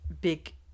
big